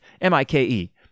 M-I-K-E